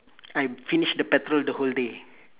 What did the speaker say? I finish the petrol the whole day